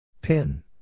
Pin